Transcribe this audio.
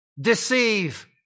deceive